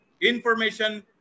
information